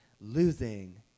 losing